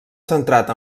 centrat